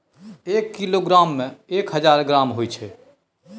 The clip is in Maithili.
एक किलोग्राम में एक हजार ग्राम होय छै